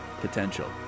potential